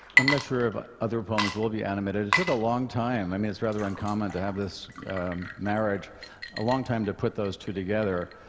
and but other poems will be animated. it took a long time i mean, it's rather uncommon to have this marriage a long time to put those two together.